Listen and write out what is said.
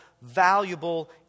valuable